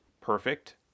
perfect